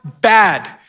bad